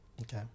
Okay